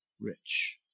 rich